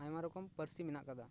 ᱟᱭᱢᱟ ᱨᱚᱠᱚᱢ ᱯᱟᱹᱨᱥᱤ ᱢᱮᱱᱟᱜ ᱟᱠᱟᱫᱟ